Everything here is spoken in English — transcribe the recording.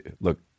look